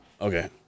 Okay